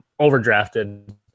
overdrafted